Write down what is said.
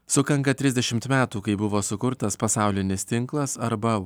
sukanka trisdešim metų kai buvo sukurtas pasaulinis tinklas arba